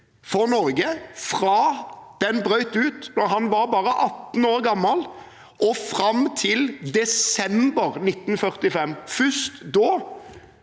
for Norge fra den brøt ut, da han var bare 18 år gammel, og fram til desem ber 1945.